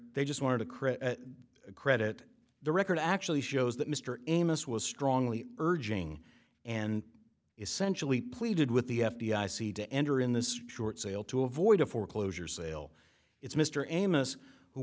they just wanted to create a credit the record actually shows that mr amos was strongly urging and essentially pleaded with the f d i c to enter in this short sale to avoid a foreclosure sale it's mr amos who